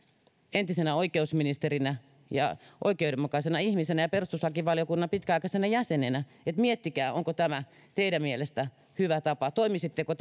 entisenä oikeusministerinä ja oikeudenmukaisena ihmisenä ja perustuslakivaliokunnan pitkäaikaisena jäsenenä että miettikää onko tämä teidän mielestänne hyvä tapa toimisitteko